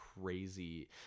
Crazy